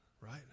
right